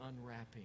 unwrapping